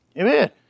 Amen